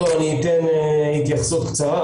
שלום, אני אתן התייחסות קצרה.